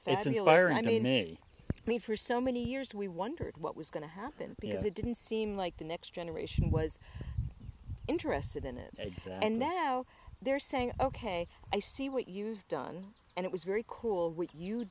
need me for so many years we wondered what was going to happen because it didn't seem like the next generation was interested in it and now they're saying ok i see what you've done and it was very cool when you